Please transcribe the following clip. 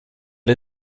der